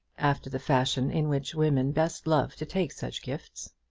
after the fashion in which women best love to take such gifts.